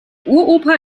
uropa